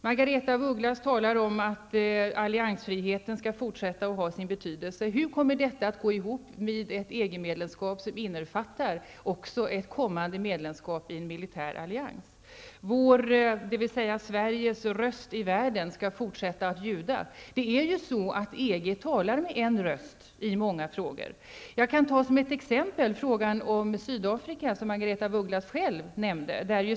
Margaretha af Ugglas talar om att alliansfriheten skall fortsätta att ha sin betydelse. Hur går detta ihop med EG-medlemskap som innefattar också ett kommande medlemskap i en militär allians? Sveriges röst i världen skall fortsätta att ljuda, säger Margaretha af Ugglas. Men det är ju så att EG talar med en röst i många frågor. Jag kan ta som exempel frågan om Sydafrika som Margaretha af Ugglas själv nämnde.